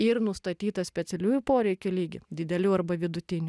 ir nustatytą specialiųjų poreikių lygį didelių arba vidutinių